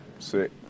Sick